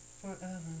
forever